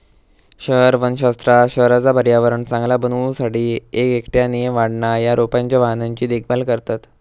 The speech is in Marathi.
शहर वनशास्त्रात शहराचा पर्यावरण चांगला बनवू साठी एक एकट्याने वाढणा या रोपांच्या वाहनांची देखभाल करतत